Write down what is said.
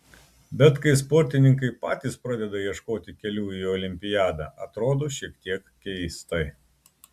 bet kai sportininkai patys pradeda ieškoti kelių į olimpiadą atrodo šiek tiek keistai